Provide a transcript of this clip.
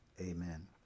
Amen